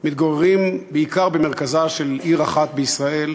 מתגוררים בעיקר במרכזה של עיר אחת בישראל,